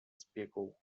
zbiegłą